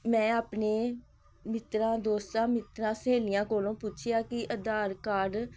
ਮੈਂ ਆਪਣੇ ਮਿੱਤਰਾਂ ਦੋਸਤਾਂ ਮਿੱਤਰਾਂ ਸਹੇਲੀਆਂ ਕੋਲੋਂ ਪੁੱਛਿਆ ਕਿ ਆਧਾਰ ਕਾਰਡ